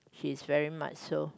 she's very much so